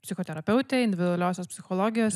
psichoterapeutė individualiosios psichologijos